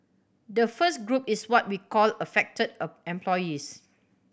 the first group is what we called affected employees